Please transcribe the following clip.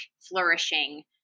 flourishing